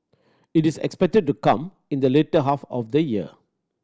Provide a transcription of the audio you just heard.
it is expected to come in the later half of the year